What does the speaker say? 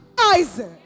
Isaac